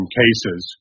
cases